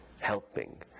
helping